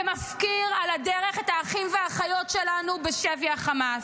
ומפקיר על הדרך את האחים והאחיות שלנו בשבי החמאס.